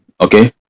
okay